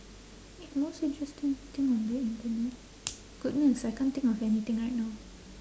n~ most interesting thing on the internet goodness I can't think of anything right now